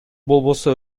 болбосо